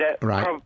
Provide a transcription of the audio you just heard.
Right